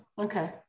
okay